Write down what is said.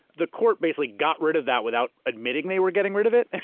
the court basically got rid of that without admitting they were getting rid of it.